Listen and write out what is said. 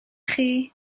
chi